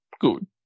good